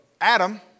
Adam